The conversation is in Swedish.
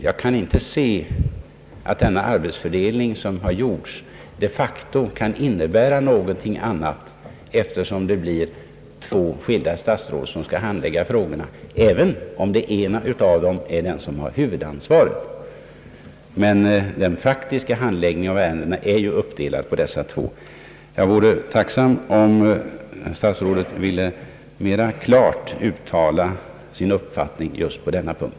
Jag kan inte se att den arbetsfördelning som har gjorts de facto skulle innebära någonting annat, eftersom det blir två skilda statsråd som skall handlägga frågorna, även om det ena av dem har huvudansvaret; den faktiska handläggningen av ärendena är ju uppdelad på dessa två. Jag vore tacksam om statsrådet ville mera klart uttala sin uppfattning just på denna punkt.